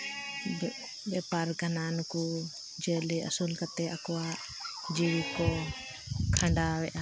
ᱵᱮᱯᱟᱨ ᱠᱟᱱᱟ ᱩᱱᱠᱩ ᱡᱤᱭᱟᱹᱞᱤ ᱟᱹᱥᱩᱞ ᱠᱟᱛᱮᱫ ᱟᱠᱚᱣᱟᱜ ᱡᱤᱣᱤ ᱠᱚ ᱠᱷᱟᱱᱰᱟᱣ ᱮᱜᱼᱟ